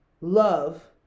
love